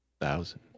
Thousand